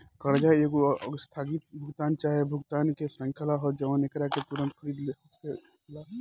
कर्जा एगो आस्थगित भुगतान चाहे भुगतान के श्रृंखला ह जवन एकरा के तुंरत खरीद से होला